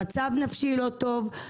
אני במצב נפשי לא טוב.